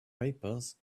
papers